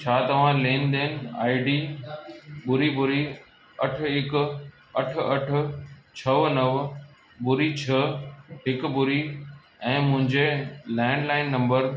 छा तव्हां लेनदेन आई डी ॿुड़ी ॿुड़ी अठ हिकु अठ अठ छह नव ॿुड़ी छह हिकु ॿुड़ी ऐं मुंहिंजे लैंडलाइन नम्बर